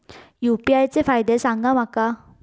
UPI चे फायदे सांगा माका?